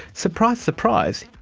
surprise surprise,